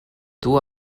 duu